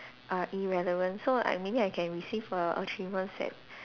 are irrelevant so I maybe I can receive a achievement set